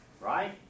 Right